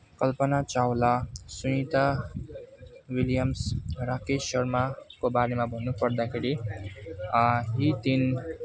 कल्पना Chawla Sunita Williams Rakesh शर्माको बारेमा भन्नुपर्दाखेरि यी तिन